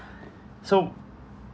so